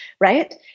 right